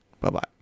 bye-bye